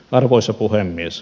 arvoisa puhemies